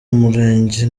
murenge